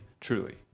truly